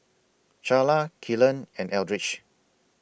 Charla Kelan and Eldridge